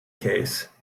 case